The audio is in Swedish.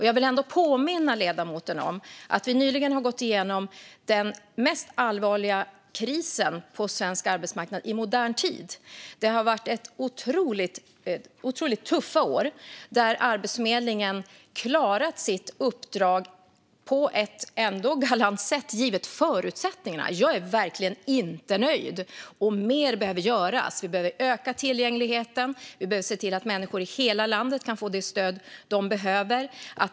Jag vill ändå påminna ledamoten om att vi nyligen har gått igenom den mest allvarliga krisen på svensk arbetsmarknad i modern tid. Det har varit otroligt tuffa år där Arbetsförmedlingen ändå klarat sitt uppdrag på ett galant sätt givet förutsättningarna. Jag är verkligen inte nöjd, och mer behöver göras. Vi behöver öka tillgängligheten och se till att människor i hela landet får det stöd de behöver.